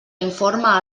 informa